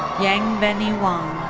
yangbeini wang.